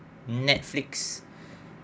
netflix